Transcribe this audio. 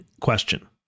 question